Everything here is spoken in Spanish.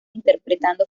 interpretando